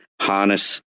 harness